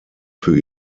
für